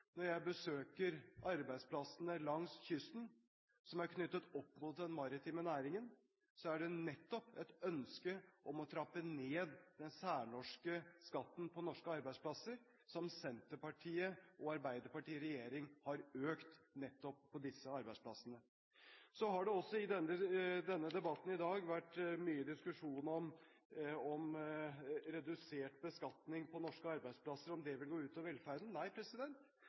når jeg besøker arbeidsplassene langs kysten som er knyttet opp mot den maritime næringen, er det nettopp et ønske om å trappe ned den særnorske skatten som Senterpartiet og Arbeiderpartiet i regjering har økt nettopp på disse norske arbeidsplassene. Så har det også i denne debatten i dag vært mye diskusjon om redusert beskatning på norske arbeidsplasser vil gå ut over velferden. Nei,